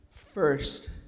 First